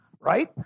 right